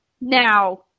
Now